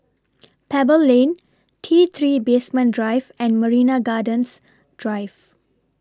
Pebble Lane T three Basement Drive and Marina Gardens Drive